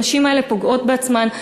הנשים האלה פוגעות בעצמן,